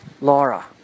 Laura